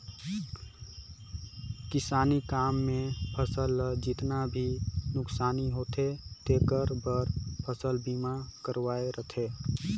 किसानी काम मे फसल ल जेतना भी नुकसानी होथे तेखर बर फसल बीमा करवाये रथें